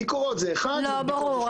ביקורות זה דבר אחד --- ברור,